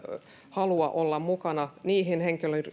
halua olla mukana niihin